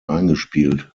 eingespielt